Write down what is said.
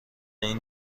این